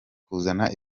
kuzana